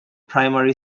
primary